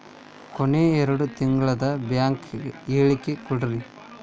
ಕೊನೆ ಎರಡು ತಿಂಗಳದು ಬ್ಯಾಂಕ್ ಹೇಳಕಿ ಕೊಡ್ರಿ